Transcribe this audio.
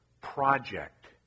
project